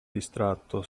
distratto